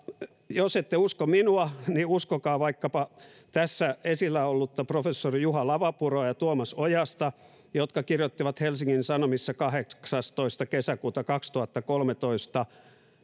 jos ette usko minua niin uskokaa vaikkapa tässä esillä ollutta professori juha lavapuroa ja tuomas ojasta jotka kirjoittivat helsingin sanomissa kahdeksastoista kesäkuuta kaksituhattakolmetoista